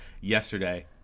yesterday